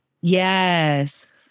Yes